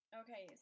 okay